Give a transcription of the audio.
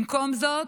במקום זאת,